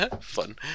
Fun